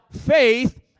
faith